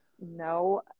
no